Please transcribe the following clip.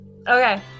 Okay